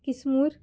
किसमूर